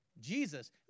Jesus